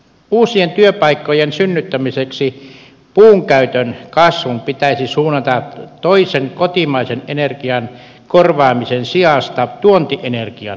uusien työpaikkojen synnyttämiseksi puunkäytön kasvua pitäisi suunnata toisen kotimaisen energian korvaamisen sijasta tuontienergian korvaamiseen